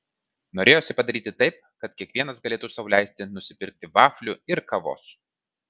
norėjosi padaryti taip kad kiekvienas galėtų sau leisti nusipirkti vaflių ir kavos